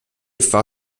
war